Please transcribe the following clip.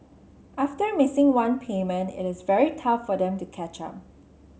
after missing one payment it is very tough for them to catch up